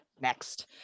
Next